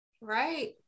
Right